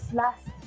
last